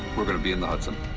we're going to be in the hudson.